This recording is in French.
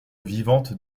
vivante